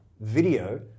video